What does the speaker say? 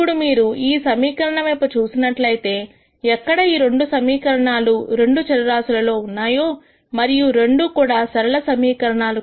ఇప్పుడు మీరు ఈ సమీకరణ వైపు చూసినట్లయితే ఎక్కడ రెండు సమీకరణాలు రెండు చరరాశులలో ఉన్నాయి మరియు రెండూ కూడా సరళ సమీకరణాలు